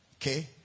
Okay